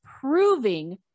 proving